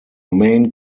main